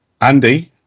Andy